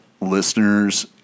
listeners